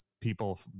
people